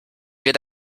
wird